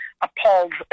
appalled